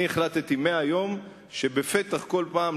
אני החלטתי מהיום שבכל פעם,